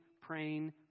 praying